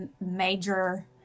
major